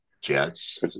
Jets